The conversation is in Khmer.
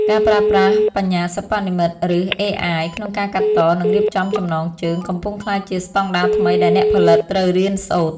ការប្រើប្រាស់បញ្ញាសិប្បនិម្មិត ឬ អេអាយ ក្នុងការកាត់ត និងរៀបចំចំណងជើង កំពុងក្លាយជាស្ដង់ដារថ្មីដែលអ្នកផលិតត្រូវរៀនសូត្រ។